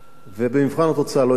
ובמבחן התוצאה לא הצלחנו.